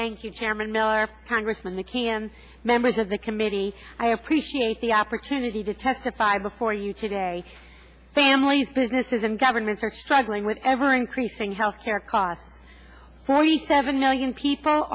chairman miller congressman the key i'm members of the committee i appreciate the opportunity to testify before you today families businesses and governments are struggling with ever increasing health care costs forty seven million people